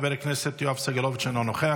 חבר הכנסת יואב סגלוביץ' אינו נוכח,